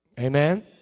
Amen